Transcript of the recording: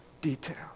detail